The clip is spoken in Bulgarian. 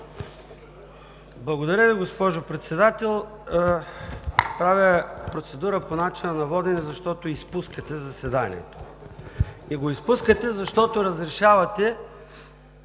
Благодаря Ви, госпожо Председател. Правя процедура по начина на водене, защото изпускате заседанието, а го изпускате, защото разрешавате